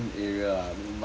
!wah!